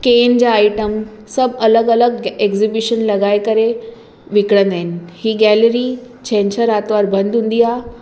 केन जा आइटम सभु अलॻि अलॻि एक्ज़ीबिशन लॻाए करे विकणंदा आहिनि ई गैलरी छंछर आरितवार बंदि हूंदी आहे